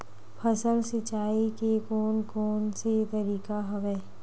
फसल सिंचाई के कोन कोन से तरीका हवय?